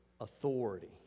authority